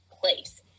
place